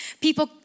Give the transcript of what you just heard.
people